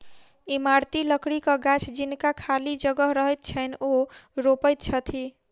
इमारती लकड़ीक गाछ जिनका खाली जगह रहैत छैन, ओ रोपैत छथि